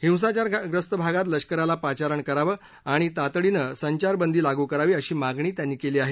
हिंसाचारग्रस्त भागात लष्कराला पाचारण करावं आणि तातडीनं संचारबंद लागू करावी अशी मागणी त्यांनी केली आहे